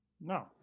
No